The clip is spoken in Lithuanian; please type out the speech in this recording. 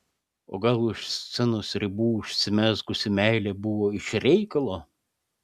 o gal už scenos ribų užsimezgusi meilė buvo iš reikalo